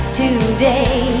today